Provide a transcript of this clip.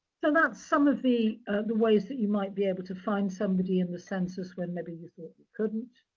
so that's some of the the ways that you might be able to find somebody in the census when maybe you though so you couldn't.